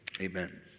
amen